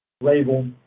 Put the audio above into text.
label